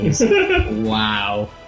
wow